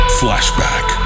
flashback